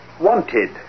Wanted